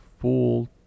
full